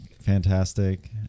fantastic